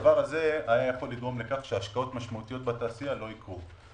הדבר הזה היה יכול לגרום לכך שהשקעות משמעותיות בתעשייה לא יקרו.